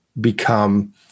become